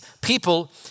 people